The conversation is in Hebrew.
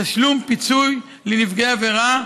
תשלום פיצוי לנפגעי עבירה,